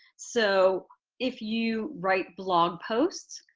so if you write blog posts,